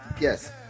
Yes